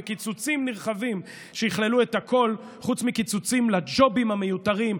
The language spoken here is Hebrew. וקיצוצים נרחבים שיכללו את הכול חוץ מקיצוצים לג'ובים המיותרים,